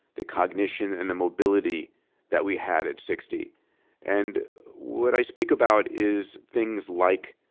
the cognition and the mobility that we had at sixty and what i speak about is things like,